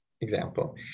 example